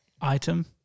item